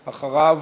אחריו,